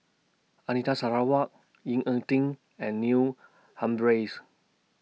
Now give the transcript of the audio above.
Anita Sarawak Ying A Ding and Neil Humphreys